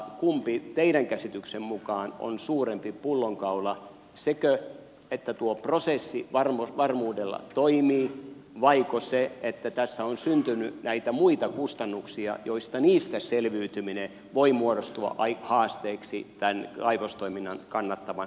kumpi teidän käsityksenne mukaan on suurempi pullonkaula sekö että tuo prosessi varmuudella toimii vaiko se että tässä on syntynyt näitä muita kustannuksia joista selviytyminen voi muodostua haasteeksi tämän kaivostoiminnan kannattavan jatkoedellytyksen kannalta